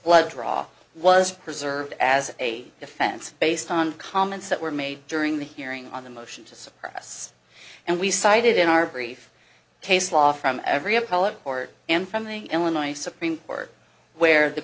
blood draw was preserved as a defense based on comments that were made during the hearing on the motion to suppress and we cited in our brief case law from every of college board and from the illinois supreme court where the